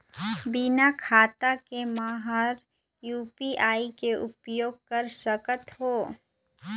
बिना खाता के म हर यू.पी.आई के उपयोग कर सकत हो?